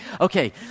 Okay